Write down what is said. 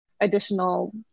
additional